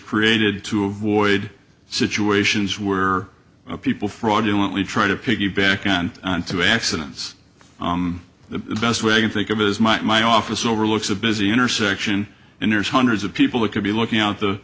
created to avoid situations where people fraudulently try to piggyback on to accidents the best way i can think of is my office overlooks a busy intersection and there's hundreds of people that could be looking out the